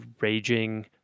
raging